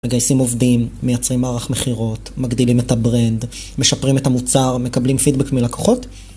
מגייסים עובדים, מייצרים מערך מכירות, מגדילים את הברנד, משפרים את המוצר, מקבלים פידבק מלקוחות